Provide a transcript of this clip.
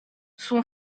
son